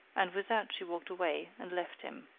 and with that she walked away and left him.